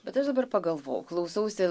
bet aš dabar pagalvojau klausausi